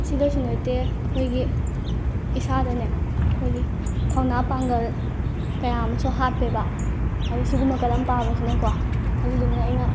ꯑꯁꯤꯗꯁꯨ ꯅꯠꯇꯦ ꯑꯩꯈꯣꯏꯒꯤ ꯏꯁꯥꯗꯅꯦ ꯑꯩꯈꯣꯏꯒꯤ ꯊꯧꯅꯥ ꯄꯥꯡꯒꯜ ꯀꯌꯥ ꯑꯃꯁꯨ ꯍꯥꯞꯄꯦꯕ ꯍꯥꯏꯗꯤ ꯁꯤꯒꯨꯝꯕ ꯀꯂꯝ ꯄꯥꯕꯁꯤꯅꯀꯣ ꯑꯗꯨꯗꯨꯅ ꯑꯩꯅ